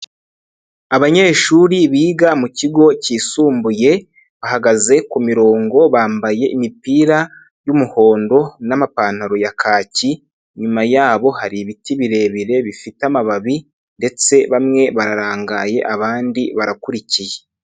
Abanyeshuri biga mu kigo cyisumbuye bahagaze ku mirongo bambaye imipira y'umuhondo n'amapantaro ya kaki, inyuma yabo hari ibiti birebire bifite amababi ndetse bamwe bararangaye abandi barakurikiye.